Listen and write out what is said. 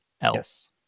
else